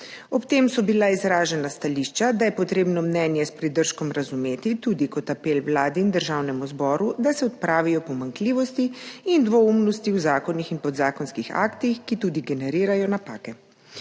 Ob tem so bila izražena stališča, da je potrebno mnenje s pridržkom razumeti tudi kot apel Vladi in Državnemu zboru, da se odpravijo pomanjkljivosti in dvoumnosti v zakonih in podzakonskih aktih, ki tudi generirajo napake.